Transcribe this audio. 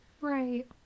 Right